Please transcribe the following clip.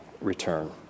return